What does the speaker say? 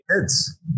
kids